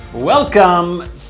welcome